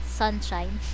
sunshine